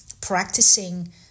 practicing